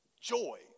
joy